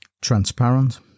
transparent